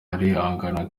arihangana